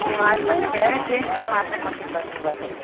ಹೂಂ ಆಯ್ತು ಮತ್ತೆ ಬೇರೆ ಚೇಂಜ್ ಮಾಡಿ ಮಾತ್ರೆ ಕೊಡ್ತೀನಿ ಬನ್ನಿ ಇವತ್ತು